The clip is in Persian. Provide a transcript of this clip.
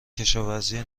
کشاورزی